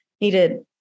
needed